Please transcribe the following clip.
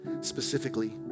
specifically